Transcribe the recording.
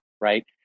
right